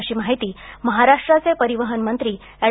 अशी माहिती महाराष्ट्राचे परिवहनमंत्री अॅड